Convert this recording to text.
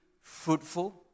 fruitful